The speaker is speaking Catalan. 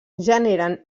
generen